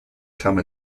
come